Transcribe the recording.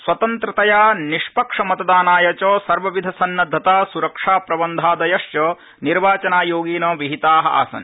स्वतन्त्रतया निष्पक्षमतदानाय च सर्वविध सन्नद्वता सुरक्षाप्रबन्धादयश्च निर्वाचनायोगेन विहिताआसन्